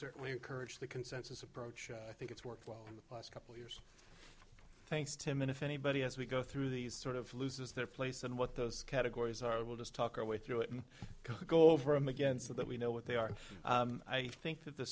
certainly encourage the consensus approach i think it's worked well in the last couple years thanks to him and if anybody as we go through these sort of loses their place and what those categories are we'll just talk our way through it and go over him again so that we know what they are i think that the